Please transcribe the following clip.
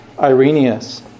Irenaeus